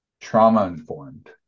trauma-informed